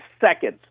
seconds